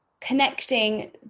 connecting